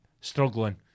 struggling